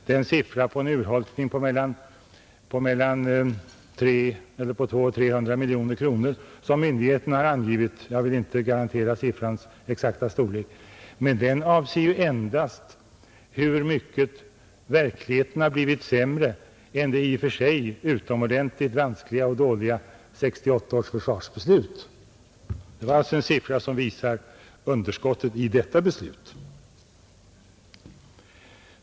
Den siffra på mellan 200 och 300 miljoner kronor som myndigheterna har angivit — jag vill inte garantera siffrans exakta storlek — avser endast hur mycket verkligheten har blivit sämre än det i och för sig utomordentligt dåliga 1968 års försvarsbeslut. Det är alltså den siffra som visar underskottet bara i detta beslut.